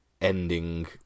ending